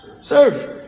Serve